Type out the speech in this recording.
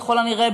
ככל הנראה,